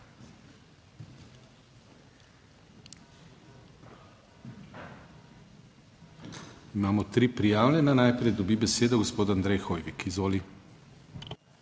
Imamo tri prijavljene. Najprej dobi besedo gospod Andrej Hoivik. Izvoli.